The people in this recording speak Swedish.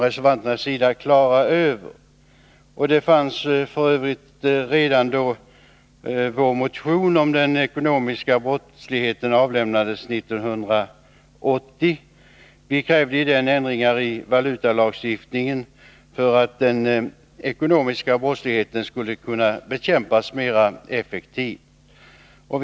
Redan i vår motion om den ekonomiska brottsligheten, som avgavs 1980, krävde vi sådana ändringar i valutalagstiftningen att den ekonomiska brottsligheten skulle kunna bekämpas effektivare.